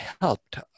helped